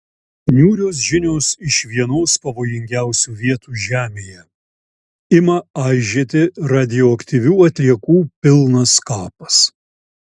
niūrios žinios iš vienos pavojingiausių vietų žemėje ima aižėti radioaktyvių atliekų pilnas kapas